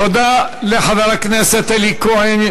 תודה לחבר הכנסת אלי כהן,